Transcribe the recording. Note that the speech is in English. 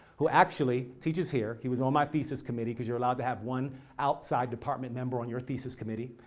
who actually teaches here. he was on my thesis committee, cuz you're allowed to have one outside department member on your thesis committee.